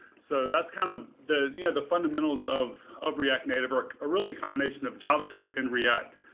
so that's kind of the yeah the fundamentals of of react native or, ah really, a combination of javascript and react.